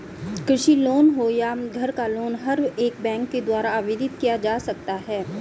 कृषि लोन हो या घर का लोन हर एक बैंक के द्वारा आवेदित किया जा सकता है